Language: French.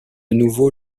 nouveau